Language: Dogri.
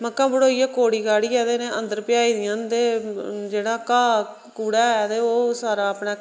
मक्कां बड्ढियै कोड़ी काड़ियै ते अंदर भजाई दे होंदे जेह्ड़ा घाह कूड़ा ऐ ते ओह् सारा अपने